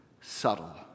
subtle